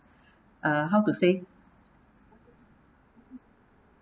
uh how to say